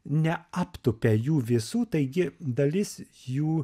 neaptupia jų visų taigi dalis jų